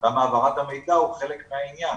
גם העברת המידע זה חלק מהעניין.